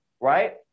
right